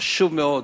חשוב מאוד.